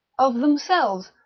of themselves,